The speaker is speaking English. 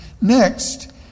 next